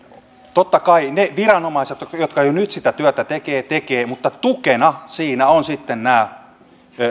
totta kai ne viranomaiset tekevät jotka jo nyt sitä työtä tekevät mutta tukena siinä ovat sitten nämä